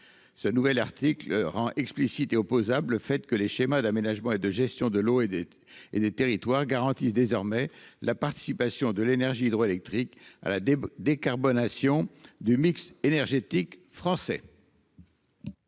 ce nouvel article rend explicite et opposable fait que les schémas d'aménagement et de gestion de l'eau et des et des territoires garantissent désormais la participation de l'énergie hydroélectrique à la décarbonation du mix énergétique français.